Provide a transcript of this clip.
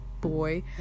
boy